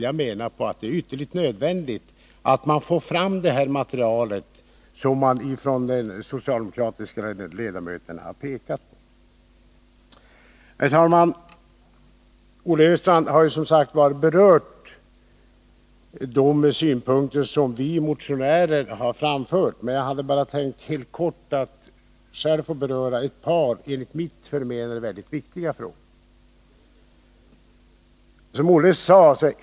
Jag menar att det är ytterligt nödvändigt att vi får fram det material som de socialdemokratiska ledamöterna har påvisat behovet av. Herr talman! Olle Östrand har i sitt inlägg berört de synpunkter som vi motionärer har anfört. Men jag hade tänkt att själv helt kort få ta upp ett par mycket viktiga frågor.